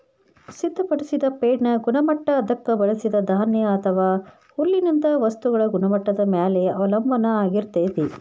ಸಿದ್ಧಪಡಿಸಿದ ಫೇಡ್ನ ಗುಣಮಟ್ಟ ಅದಕ್ಕ ಬಳಸಿದ ಧಾನ್ಯ ಅಥವಾ ಹುಲ್ಲಿನಂತ ವಸ್ತುಗಳ ಗುಣಮಟ್ಟದ ಮ್ಯಾಲೆ ಅವಲಂಬನ ಆಗಿರ್ತೇತಿ